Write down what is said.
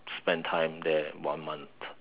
spend time there one month